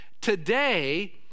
today